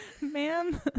ma'am